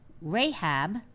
rahab